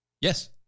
Yes